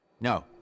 No